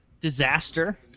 Disaster